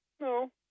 No